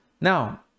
now